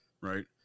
right